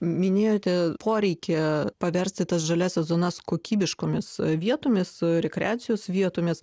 minėjote poreikį paversti tas žaliąsias zonas kokybiškomis vietomis rekreacijos vietomis